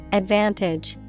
advantage